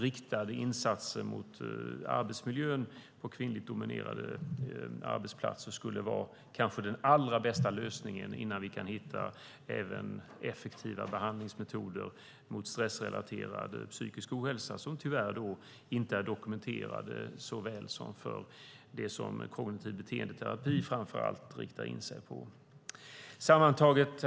Riktade insatser mot arbetsmiljön på kvinnligt dominerade arbetsplatser skulle kanske vara den allra bästa lösningen innan vi kan hitta effektiva behandlingsmetoder även mot stressrelaterad psykisk ohälsa. Den är tyvärr inte så väl dokumenterad som det som kognitiv beteendeterapi framför allt riktar in sig på. Herr talman!